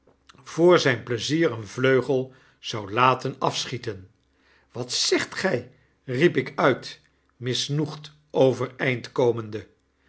voor zijn pleizier een vleugel zou laten afschieten wat zegt gij p riep ik uit misnoegd overeind komende